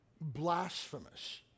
blasphemous